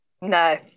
No